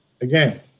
again